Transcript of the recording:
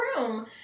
room